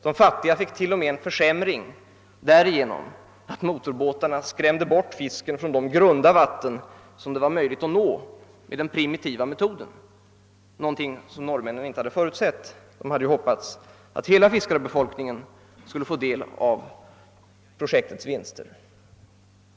De fattiga fick till och med en försämring, därför att motorbåtarna skrämde bort fisken från de grunda vatten, som kunde nås med den primitiva metoden, vilket norrmännen inte förutsett. De hade hoppats att hela fiskarbefolkningen skulle få del av projektets vinster.